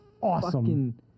awesome